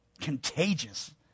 contagious